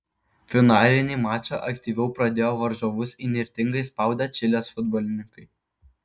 finalinį mačą aktyviau pradėjo varžovus įnirtingai spaudę čilės futbolininkai